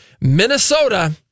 Minnesota